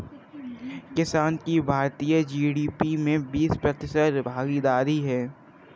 किसान की भारतीय जी.डी.पी में बीस प्रतिशत भागीदारी है